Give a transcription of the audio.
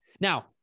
Now